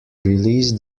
release